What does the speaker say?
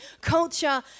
culture